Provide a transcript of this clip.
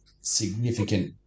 Significant